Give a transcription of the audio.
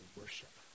worship